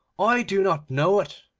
i do not know it